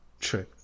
True